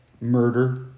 murder